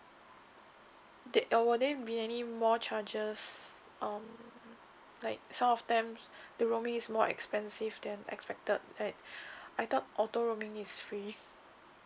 or will there be any more charges um like some of them the roaming is more expensive than expected like I thought auto roaming is free